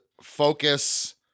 focus